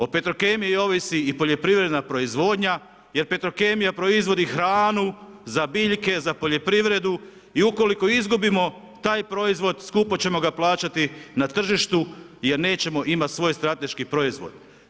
O Petrokemiji ovisi i o poljoprivredna proizvodnja jer Petrokemija proizvodi hranu za biljke, za poljoprivredu i ukoliko izgubimo taj proizvod skupo ćemo ga plaćati na tržištu jer nećemo imati svoj strateški proizvod.